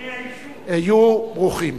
היו ברוכים.